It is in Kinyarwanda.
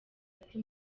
ati